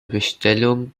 bestellung